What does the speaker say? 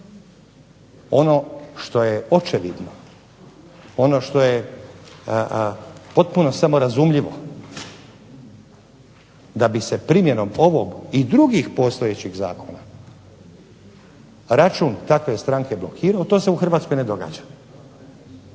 Ono što je očevidno, ono što je potpuno samorazumljivo da bi se primjenom ovog i drugih postojećih zakona, račun takve stranke blokirao, to se u Hrvatskoj ne događa.